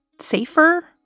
safer